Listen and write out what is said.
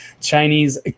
Chinese